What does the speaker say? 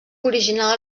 original